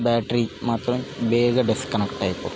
battery మాత్రం బేగా disconnect అయిపోతుంది